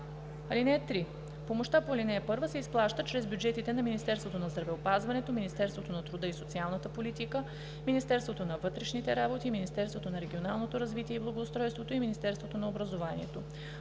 (3) Помощта по ал. 1 се изплаща чрез бюджетите на Министерството на здравеопазването, Министерството на труда и социалната политика, Министерството на вътрешните работи, Министерството на регионалното развитие и благоустройството и Министерството на отбраната.